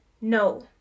no